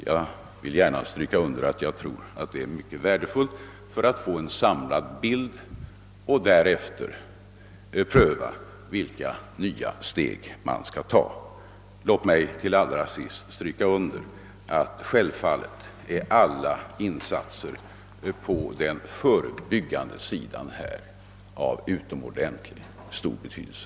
Jag vill understryka att detta är värdefullt för att kunna få en samlad bild och för att därefter kunna pröva vilka nya steg som bör tas. Allra sist vill jag understryka att alla insatser av förebyggande art självfallet är av utomordentligt stor betydelse.